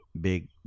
big